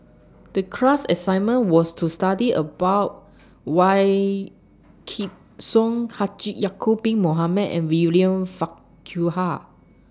The class assignment was to study about Wykidd Song Haji Ya'Acob Bin Mohamed and William Farquhar